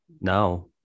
now